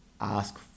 ask